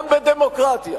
גם בדמוקרטיה,